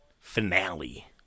finale